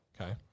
Okay